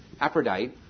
Aphrodite